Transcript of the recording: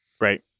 Right